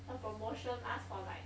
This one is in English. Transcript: the promotion last for like